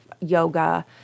yoga